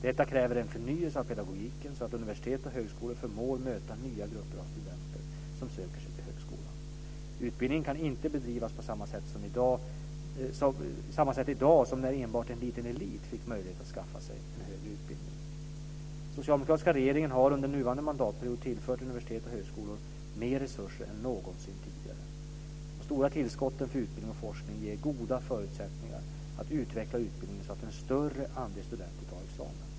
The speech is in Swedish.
Detta kräver en förnyelse av pedagogiken så att universiteten och högskolorna förmår möta nya grupper av studenter som söker sig till högskolan. Utbildningen kan inte bedrivas på samma sätt i dag som när enbart en liten elit fick möjlighet att skaffa sig en högre utbildning. Den socialdemokratiska regeringen har under nuvarande mandatperiod tillfört universitet och högskolor mer resurser än någonsin tidigare. De stora tillskotten för utbildning och forskning ger goda förutsättningar att utveckla utbildningen så att en större andel studenter tar examen.